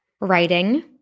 writing